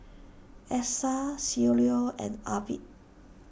Essa Cielo and Arvid